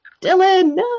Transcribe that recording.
Dylan